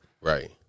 Right